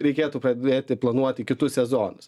reikėtų pradėti planuoti kitus sezonus